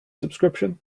subscription